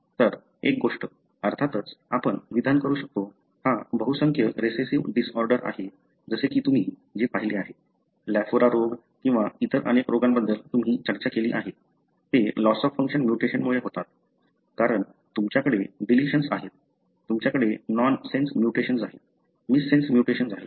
तर एक गोष्ट अर्थातच आपण विधान करू शकतो हा बहुसंख्य रेसेसिव्ह डिसऑर्डर आहे जसे की तुम्ही जे पाहिले आहे लॅफोरा रोग किंवा इतर अनेक रोग ज्याबद्दल तुम्ही चर्चा केली आहे ते लॉस ऑफ फंक्शन म्युटेशनमुळे होतात कारण तुमच्याकडे डिलिशन्स आहेत तुमच्याकडे नॉन सेन्स म्युटेशन्स आहेत मिससेन्स म्युटेशन्स आहेत